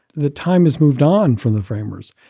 the time has moved on from the framers.